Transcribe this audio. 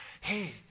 Hey